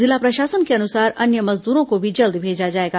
जिला प्रशासन के अनुसार अन्य मजदरों को भी जल्द भेजा जाएगा